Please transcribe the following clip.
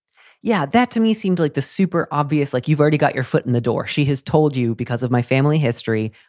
yeah. that, to me seemed like the super obvious, like you've already got your foot in the door. she has told you because of my family history.